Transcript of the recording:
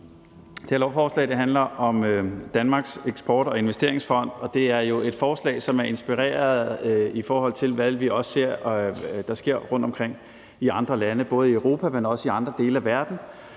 Det her lovforslag handler om Danmarks Eksport- og Investeringsfond, og det er jo et forslag, som er inspireret af, hvad vi ser der sker rundtomkring i andre lande, både i Europa, men også i andre dele af verden,